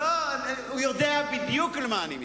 לא, הוא יודע בדיוק למה אני מתכוון.